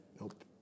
Nope